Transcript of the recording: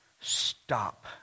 stop